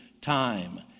time